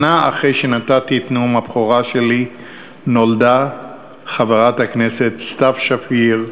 שנה אחרי שנתתי את נאום הבכורה שלי נולדה חברת הכנסת סתיו שפיר,